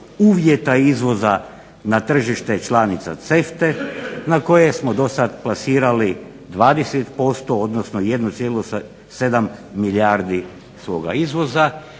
uvjeta izvoza na tržište članica CEFTA-e na koje smo dosad plasirali 20%, odnosno 1,7 milijardi svoga izvoza